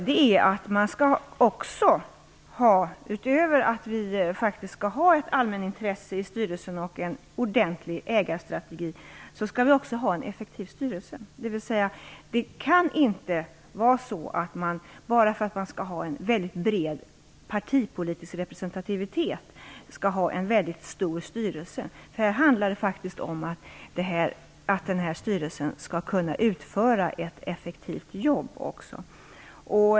Utöver detta har en annan sak varit viktig i diskussionerna kring de verk som nu har blivit bolag, nämligen att det också skall vara en effektiv styrelse. Det kan inte vara så att man bara för att man skall ha en mycket bred partipolitisk representativitet skall ha en mycket stor styrelse. Det handlar faktiskt också om att denna styrelse skall kunna utföra ett effektivt arbete.